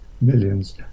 Millions